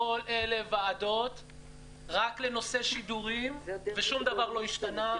כל אלה ועדות רק לנושא שידורים ושום דבר לא השתנה.